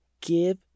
Give